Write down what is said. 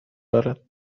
دارد